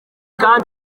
kandi